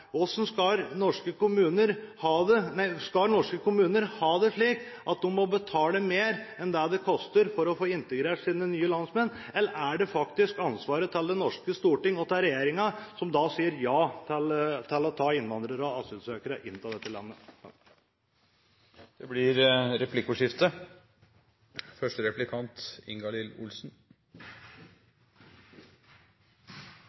slik at de må betale mer enn det det koster for å få integrert sine nye landsmenn, eller er det faktisk ansvaret til Det norske storting og til regjeringen, som sier ja til å ta innvandrere og asylsøkere inn i dette landet? Det blir replikkordskifte.